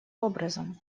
образом